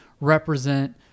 represent